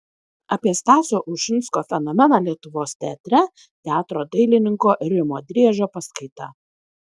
apie stasio ušinsko fenomeną lietuvos teatre teatro dailininko rimo driežio paskaita